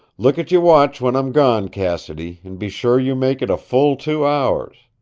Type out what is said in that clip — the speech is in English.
look at your watch when i'm gone, cassidy, and be sure you make it a full two hours.